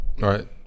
Right